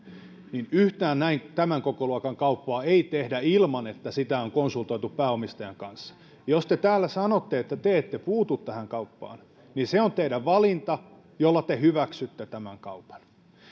niin yhtään tämän kokoluokan kauppaa ei tehdä ilman että sitä on konsultoitu pääomistajan kanssa jos te täällä sanotte että te ette puutu tähän kauppaan niin se on teidän valintanne jolla te hyväksytte tämän kaupan